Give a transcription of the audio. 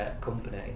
company